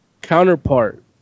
Counterpart